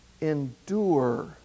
endure